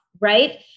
right